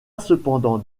cependant